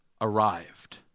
arrived